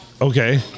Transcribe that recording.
Okay